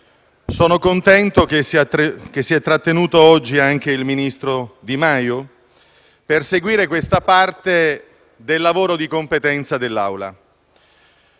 Sono contento che si sia trattenuto oggi anche il ministro Di Maio per seguire questa parte del lavoro di competenza dell'Assemblea.